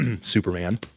superman